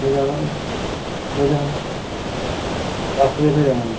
में जाना में जाना अट्ठ बजे तक्कर जाना